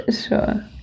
Sure